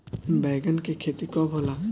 बैंगन के खेती कब होला?